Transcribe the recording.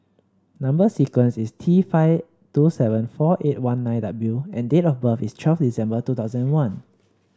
number sequence is T five two seven four eight one nine W and date of birth is twelve December two thousand one